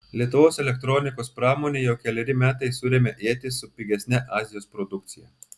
lietuvos elektronikos pramonė jau keleri metai suremia ietis su pigesne azijos produkcija